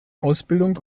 ausbildung